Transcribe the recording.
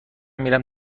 میرم